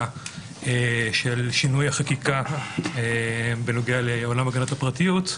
של שינוי החקיקה בנוגע לעולם הגנת הפרטיות,